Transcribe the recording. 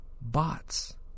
Bots